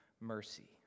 mercy